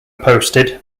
posted